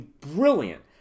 brilliant